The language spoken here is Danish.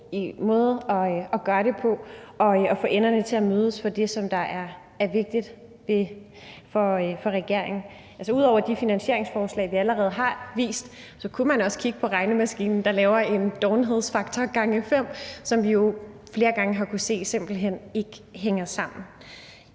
måde at gøre det på og få enderne til at mødes i det, som er vigtigt for regeringen? Ud over de finansieringsforslag, vi allerede har vist, kunne man også kigge på regnemaskinen, der laver en dovenhedsfaktor gange fem, hvilket vi jo flere gange har kunnet se simpelt hen ikke hænger sammen.